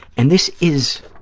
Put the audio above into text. and this is,